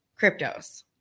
cryptos